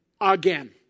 again